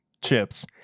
chips